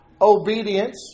obedience